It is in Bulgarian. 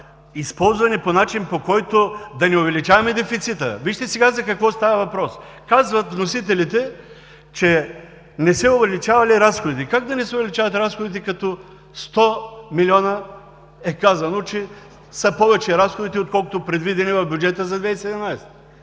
използвани по начин, по който да не увеличаваме дефицита. Вижте сега за какво става въпрос! Вносителите казват, че не се увеличавали разходите. Как да не се увеличават разходите, като е казано, че разходите са 100 милиона повече, отколкото предвидените в бюджета за 2017